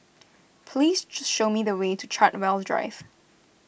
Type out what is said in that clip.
please show me the way to Chartwell Drive